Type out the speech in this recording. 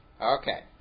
Okay